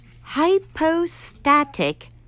hypostatic